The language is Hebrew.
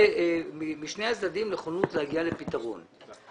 משני הצדדים נכונות להגיע לפתרון.